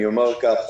אני אומר כך: